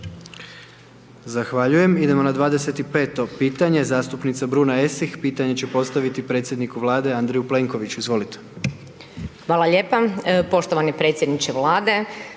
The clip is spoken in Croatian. (HDZ)** Idemo na 25. pitanje, zastupnica Bruna Esih pitanje će postaviti predsjedniku Vlade Andreju Plenkoviću, izvolite.